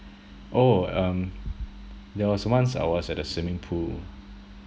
oh um there was once I was at a swimming pool